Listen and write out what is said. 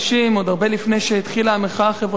עוד הרבה לפני שהתחילה המחאה החברתית,